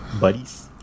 buddies